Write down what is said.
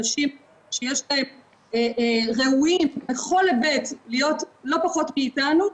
אנשים ראויים בכל היבט להיות לא פחות מאתנו,